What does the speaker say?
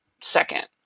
second